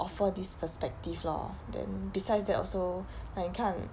offer this perspective lor then besides that also like 你看